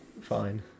fine